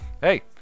Hey